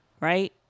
right